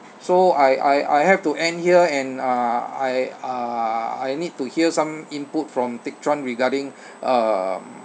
so I I I have to end here and uh I uh I need to hear some input from teck chuan regarding um